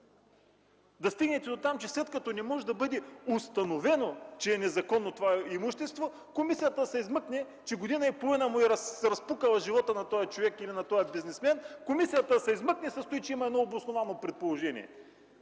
да стигнете дотам, че след като не може да бъде установено, че е незаконно това имущество, комисията да се измъкне, след като година и половина му е разпукала живота на този човек или на този бизнесмен. Комисията ще се измъкне с това, че има едно „обосновано предположение”,